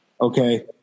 Okay